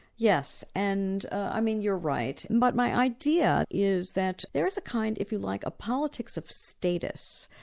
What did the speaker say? yes, and i mean you're right, and but my idea is that there is a kind, if you like, a politics of status,